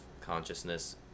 consciousness